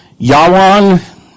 Yawan